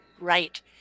right